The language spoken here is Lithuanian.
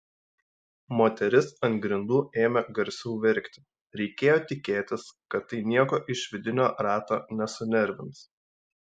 moteris ant grindų ėmė garsiau verkti reikėjo tikėtis kad tai nieko iš vidinio rato nesunervins